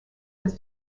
was